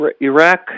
Iraq